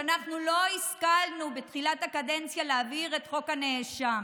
כשאנחנו לא השכלנו בתחילת הקדנציה להעביר את חוק הנאשם.